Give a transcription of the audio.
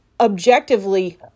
objectively